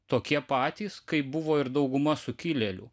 tokie patys kaip buvo ir dauguma sukilėlių